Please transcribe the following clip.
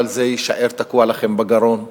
אבל זה יישאר תקוע לכם בגרון.